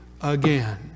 again